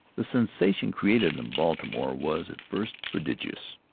the sensation created in baltimore was, at first, prodigious.